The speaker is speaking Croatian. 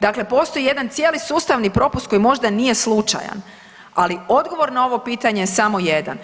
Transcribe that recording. Dakle postoji jedan cijeli sustavni propust koji možda nije slučajan, ali odgovor na ovo pitanje je samo jedan.